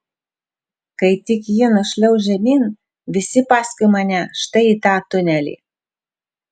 kai tik ji nušliauš žemyn visi paskui mane štai į tą tunelį